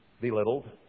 belittled